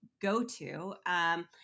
go-to